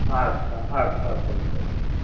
اَدٕ سا اَدٕ سا اَدٕ سا بِہِو رۅبَس